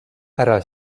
ära